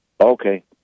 Okay